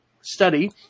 study